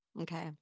Okay